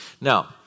Now